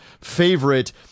favorite